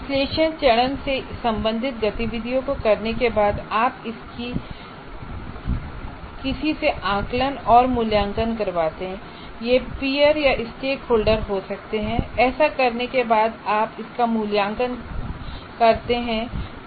विश्लेषण चरण से संबंधित गतिविधियों को करने के बाद आप इसकी किसी से आकलन और मूल्यांकन करवाते हैं यह पियर या स्टेक होल्डर हो सकते हैं ऐसा करने के बाद आप इसका मूल्यांकन करवाते हैं